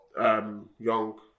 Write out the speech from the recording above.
Young